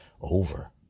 over